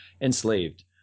Enslaved